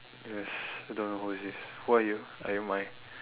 yes don't know who is this who are you are you my